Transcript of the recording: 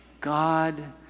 God